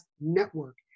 Network